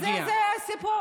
ובזה, זה הסיפור.